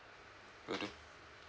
will do